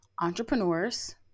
entrepreneurs